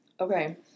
Okay